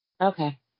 Okay